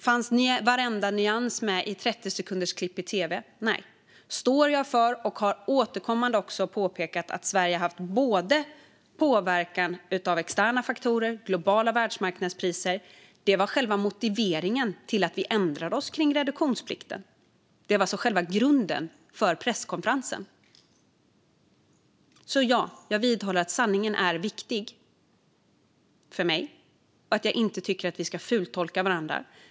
Fanns varenda nyans med i ett 30-sekundersklipp i tv? Nej. Jag står för och har återkommande påpekat att Sverige har varit påverkat av både externa faktorer och globala världsmarknadspriser. Det var själva motiveringen till att vi ändrade oss om reduktionsplikten, och det var själva grunden för presskonferensen. Ja, jag vidhåller att sanningen är viktig för mig och att jag inte tycker att vi ska fultolka varandra.